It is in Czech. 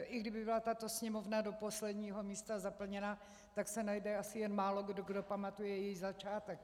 I kdyby byla tato Sněmovna do posledního místa zaplněna, tak se najde asi jen málokdo, kdo pamatuje její začátek.